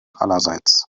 allerseits